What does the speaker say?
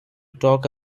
talk